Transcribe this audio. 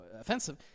offensive